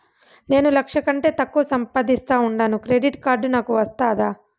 నేను లక్ష కంటే తక్కువ సంపాదిస్తా ఉండాను క్రెడిట్ కార్డు నాకు వస్తాదా